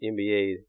NBA